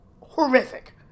horrific